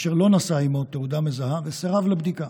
אשר לא נשא עימו תעודה מזהה וסירב לבדיקה.